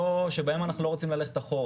שבהם אנחנו לא רוצים ללכת אחורה.